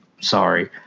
Sorry